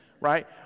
right